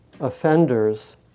offenders